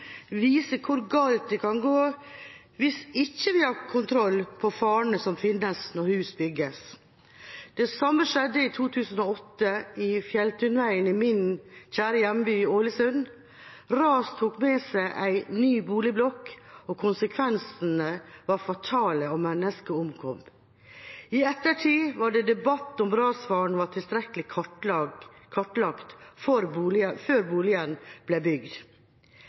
viser hvor galt det kan gå hvis vi ikke har kontroll på farene som finnes når hus bygges. Det samme skjedde i 2008 i Fjelltunvegen i min kjære hjemby, Ålesund. Ras tok med seg en ny boligblokk, konsekvensene var fatale, og mennesker omkom. I ettertid var det debatt om hvorvidt rasfaren var tilstrekkelig kartlagt før boligen ble bygd.